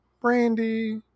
brandy